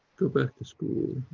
go back to school,